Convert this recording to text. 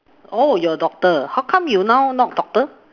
orh you're doctor how come you now you not doctor